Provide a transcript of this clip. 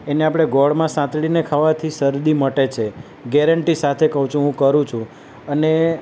એને આપણે ગોળમાં સાંતળીને ખાવાથી શરદી મટે છે ગેરંટી સાથે કહું છું હું કરું છું અને